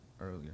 earlier